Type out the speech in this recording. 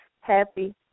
happy